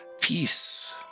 peace